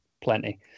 plenty